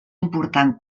important